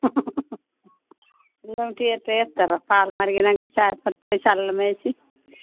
అల్లం టీ అయితే చేస్తారా పాలు మరిగాక చాయిపత్తి వేసి అల్లం వేసి